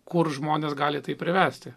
kur žmonės gali taip privesti